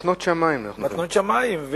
מתנות שמים.